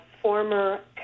former